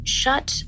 shut